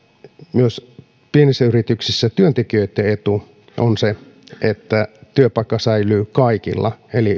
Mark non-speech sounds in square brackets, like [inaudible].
myös pienissä yrityksissä työntekijöitten etu on se että työpaikka säilyy kaikilla eli [unintelligible]